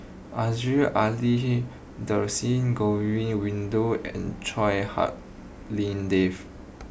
Aziza Ali Dhershini Govin Winodan and Chua Hak Lien Dave